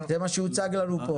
זה מה שהוצג לנו פה.